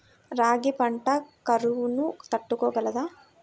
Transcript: రాగి పంట కరువును తట్టుకోగలదా?